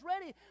ready